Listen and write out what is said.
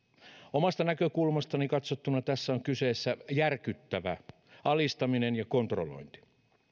omasta näkökulmastani katsottuna tässä on kyseessä järkyttävä alistaminen ja kontrollointi